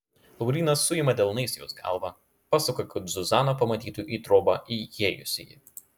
laurynas suima delnais jos galvą pasuka kad zuzana pamatytų į trobą įėjusįjį